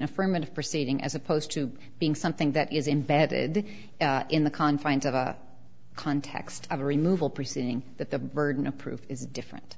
a affirmative proceeding as opposed to being something that is embedded in the confines of a context of a removal proceeding that the burden of proof is different